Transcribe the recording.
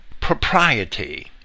propriety